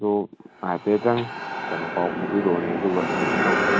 ꯑꯗꯨ ꯍꯥꯏꯐꯦꯠꯇꯪ ꯀꯩꯅꯣ ꯄꯥꯎ ꯐꯥꯎꯕꯤꯔꯛꯑꯣꯅꯦ ꯑꯗꯨꯒ ꯀꯩꯅꯣ ꯇꯧꯁꯤ